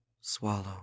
swallow